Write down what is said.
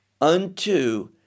unto